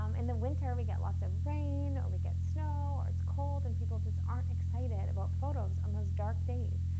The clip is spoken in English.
um in the winter we get lots of rain, or we get snow, or it's cold and people just aren't excited about photos on those dark days.